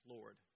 Lord